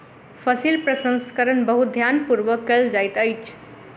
फसील प्रसंस्करण बहुत ध्यान पूर्वक कयल जाइत अछि